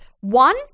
One